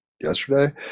yesterday